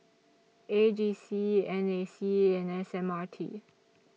A G C N A C and S M R T